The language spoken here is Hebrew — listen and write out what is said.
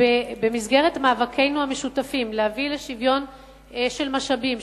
במסגרת מאבקינו המשותפים להביא לשוויון במשאבים,